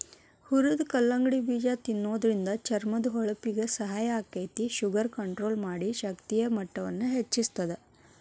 ಹುರದ ಕಲ್ಲಂಗಡಿ ಬೇಜ ತಿನ್ನೋದ್ರಿಂದ ಚರ್ಮದ ಹೊಳಪಿಗೆ ಸಹಾಯ ಆಗ್ತೇತಿ, ಶುಗರ್ ಕಂಟ್ರೋಲ್ ಮಾಡಿ, ಶಕ್ತಿಯ ಮಟ್ಟವನ್ನ ಹೆಚ್ಚಸ್ತದ